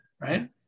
Right